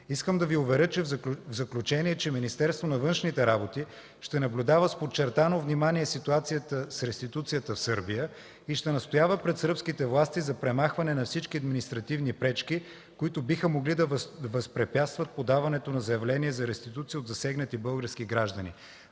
Искам да Ви уверя в заключение, че Министерството на външните работи ще наблюдава с подчертано внимание ситуацията с реституцията в Сърбия и ще настоява пред сръбските власти за премахване на всички административни пречки, които биха могли да възпрепятстват подаването на заявления за реституция от засегнати български граждани.